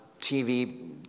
TV